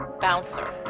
bouncer.